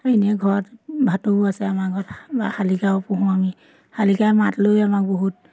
আৰু এনেই ঘৰত ভাটৌ আছে আমাৰ ঘৰত শালিকাও পুহোঁ আমি শালিকাই মাত লৈ আমাক বহুত